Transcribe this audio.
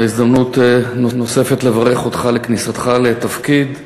זו הזדמנות נוספת לברך אותך על כניסתך לתפקיד.